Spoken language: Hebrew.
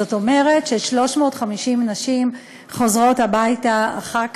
זאת אומרת ש-350 נשים חוזרות הביתה אחר כך,